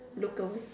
look away